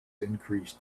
increased